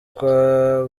kwa